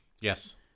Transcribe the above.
Yes